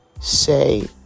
say